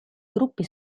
gruppi